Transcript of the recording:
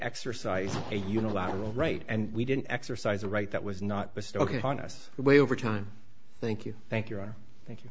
exercise a unilateral right and we didn't exercise a right that was not bestowed upon us way over time thank you thank you thank you